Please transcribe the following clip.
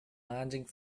landing